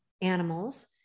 animals